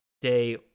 day